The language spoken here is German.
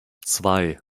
zwei